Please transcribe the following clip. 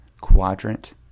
quadrant